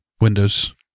Windows